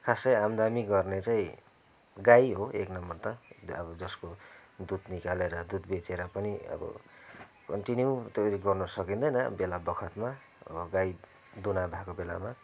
खासै आमदानी गर्ने चाहिँ गाई हो एक नम्बर त जसको दुध निकालेर दुध बेचेर पनि अब कन्टिन्यू त गर्नु सकिँदैन बेला बखतमा गाई दुहुना भएको बेलामा